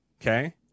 Okay